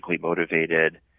motivated